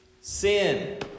Sin